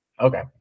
Okay